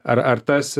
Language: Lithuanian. ar ar tas